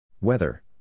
Weather